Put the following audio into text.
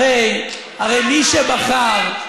הרי מי שבחר,